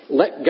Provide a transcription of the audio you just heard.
let